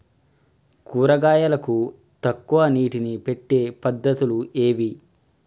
కూరగాయలకు తక్కువ నీటిని పెట్టే పద్దతులు ఏవి?